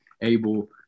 able